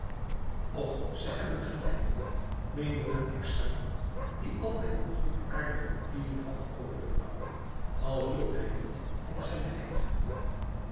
och ze hebben gelijk meende den ekster die altijd een goedaardige opinie had over de vrouwen al hield hij niet van zijne